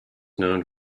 known